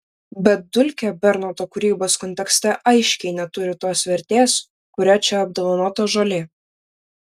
bet dulkė bernoto kūrybos kontekste aiškiai neturi tos vertės kuria čia apdovanota žolė